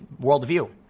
worldview